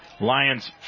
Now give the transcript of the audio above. Lions